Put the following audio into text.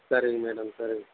சரிங்க மேடம் சரிங்க